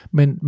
Men